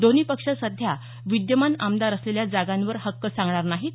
दोन्ही पक्ष सध्या विद्यमान आमदार असलेल्या जागांवर हक्क सांगणार नाहीत